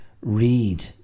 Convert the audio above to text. read